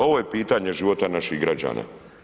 Ovo je pitanje života naših građana.